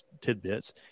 tidbits